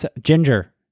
ginger